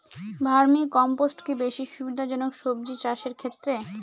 Vermi compost কি বেশী সুবিধা জনক সবজি চাষের ক্ষেত্রে?